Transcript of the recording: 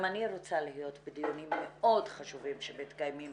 גם אני רוצה להיות בדיונים מאוד חשובים שמתקיימים